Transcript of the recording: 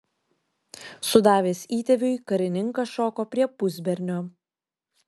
sudavęs įtėviui karininkas šoko prie pusbernio